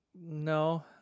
No